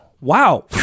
wow